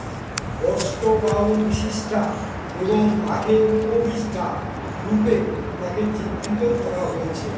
অষ্টবাহু বিশিষ্টা এবং বাঘে উপবিষ্টা রূপে তাঁকে চিত্রিত করা হয়েছে